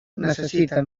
necessita